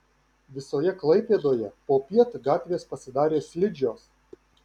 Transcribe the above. visoje klaipėdoje popiet gatvės pasidarė slidžios